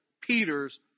Peter's